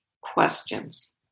questions